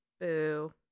Boo